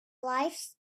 lives